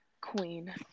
Queen